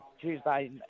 Tuesday